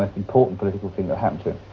ah important political thing that happened